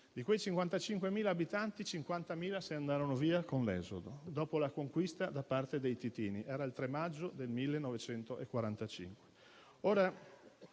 contava 55.000 abitanti, 50.000 dei quali andarono via con l'esodo, dopo la conquista da parte dei titini. Era il 3 maggio del 1945.